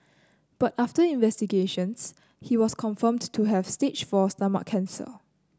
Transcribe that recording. but after investigations he was confirmed to have stage four stomach cancer